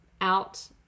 out